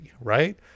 right